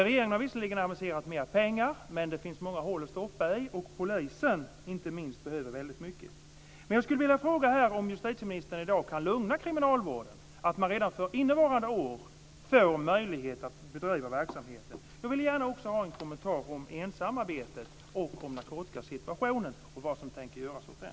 Regeringen har visserligen aviserat mer pengar, men det finns många hål att stoppa i. Inte minst polisen behöver mycket. Jag skulle vilja fråga om justitieministern kan lugna kriminalvården, att man redan för innevarande år får möjlighet att bedriva verksamheter. Jag vill gärna också ha en kommentar om ensamarbete och vad som ska göras åt narkotikasituationen.